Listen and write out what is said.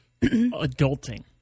adulting